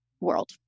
world